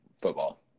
football